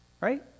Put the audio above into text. right